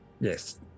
Yes